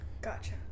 Gotcha